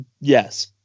yes